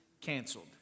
canceled